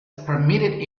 permitted